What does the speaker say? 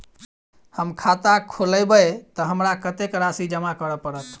हम खाता खोलेबै तऽ हमरा कत्तेक राशि जमा करऽ पड़त?